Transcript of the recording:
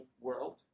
world